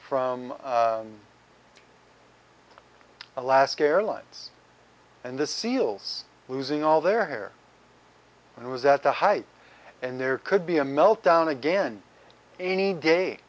from alaska airlines and the seals losing all their hair and it was at the height and there could be a meltdown again any day